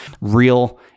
real